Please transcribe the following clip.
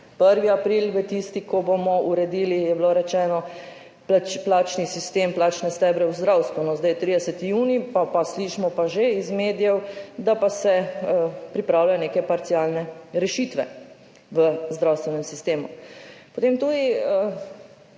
1. april bo tisti, ko bomo uredili, je bilo rečeno, plačni sistem, plačne stebre v zdravstvu. No, zdaj je 30. junij, slišimo pa že iz medijev, da pa se pripravljajo neke parcialne rešitve v zdravstvenem sistemu. Potem se